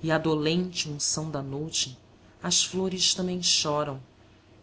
e à dolente unção da noute as flores também choram